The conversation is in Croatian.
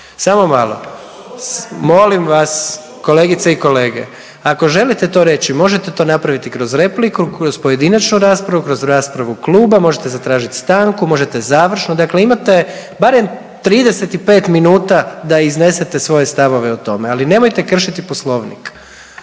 samo malo. Molim vas, kolegice i kolege, ako želite to reći, možete to napraviti kroz repliku, kroz pojedinačnu raspravu, kroz raspravu kluba, možete zatražiti stanku, možete završno, dakle imate barem 35 minuta da iznesete svoje stavove o tome, ali nemojte kršiti Poslovnik.